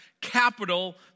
capital